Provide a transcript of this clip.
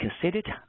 considered